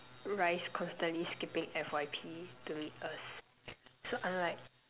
rice constantly skipping F_Y_P to meet us so I'm like